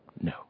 no